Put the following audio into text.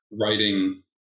writing